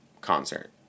concert